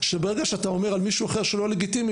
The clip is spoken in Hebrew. שברגע שאתה אומר על מישהו אחר שהוא לא לגיטימי,